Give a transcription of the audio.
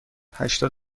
هشتاد